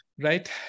right